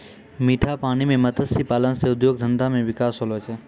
मीठा पानी मे मत्स्य पालन से उद्योग धंधा मे बिकास होलो छै